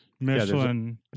Michelin